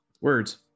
words